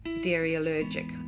dairy-allergic